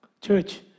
church